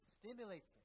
stimulates